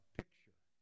picture